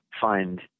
find